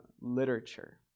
literature